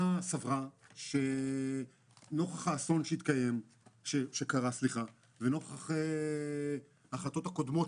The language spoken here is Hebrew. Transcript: נוכח האסון שקרה, ונוכח ההחלטות הקודמות